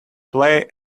play